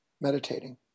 meditating